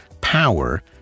power